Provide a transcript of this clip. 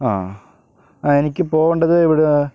ആഹ് ആ എനിക്ക് പോകേണ്ടത് ഇവിടെ